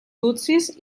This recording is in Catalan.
tutsis